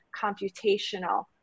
computational